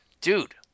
dude